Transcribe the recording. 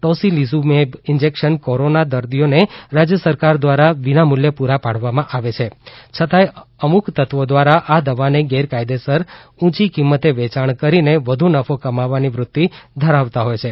tocilizumab injection corona દર્દીઓને રાજ્ય સરકાર દ્વારા વિનામુલ્યે પુરા પાડવામાં આવે છે છતાંથ અમુક તત્વો દ્વારા આ દવાને ગેરકાયદેસર ઉંચી કિંમતે વેયાણ કરીને વધુ નફો કમાવવાની વૃત્તિ ધરાવતા હોય છે